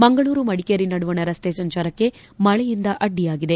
ಮಂಗಳೂರು ಮಡಿಕೇರಿ ನಡುವಣ ರಸ್ತೆ ಸಂಚಾರಕ್ಕೆ ಮಳೆಯಿಂದ ಅಡ್ಡಿಯಾಗಿದೆ